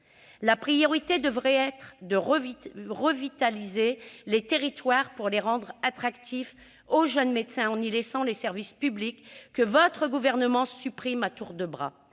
La priorité devrait être de revitaliser les territoires, pour les rendre attractifs pour les jeunes médecins, en y laissant les services publics que votre gouvernement supprime à tour de bras.